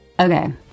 Okay